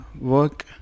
work